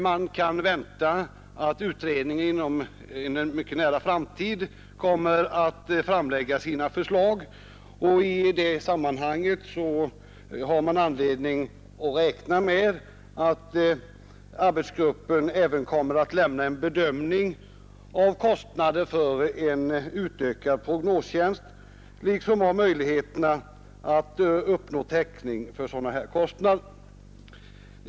Man kan vänta att utredningen inom en mycket nära framtid kommer att framlägga sina förslag, och det finns anledning att räkna med att arbetsgruppen även kommer att göra en bedömning av kostnaderna för en utökad prognostjänst liksom av möjligheterna att uppnå täckning för sådana kostnader.